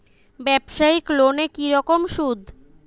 ব্যবসায়িক লোনে কি রকম সুদ?